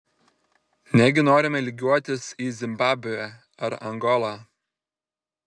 negi norime lygiuotis į zimbabvę ar angolą